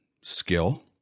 Skill